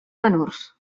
menors